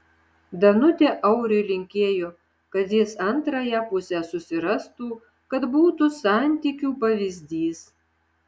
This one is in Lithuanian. danutė auriui linkėjo kad jis antrąją pusę susirastų kad būtų santykių pavyzdys